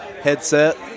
headset